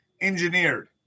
engineered